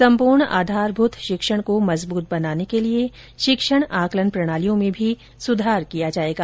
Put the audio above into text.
संपूर्ण आधारभूत शिक्षण को सशक्त बनाने के लिए शिक्षण आंकलन प्रणालियों में भी सुधार किया जाएगा